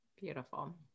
Beautiful